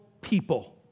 people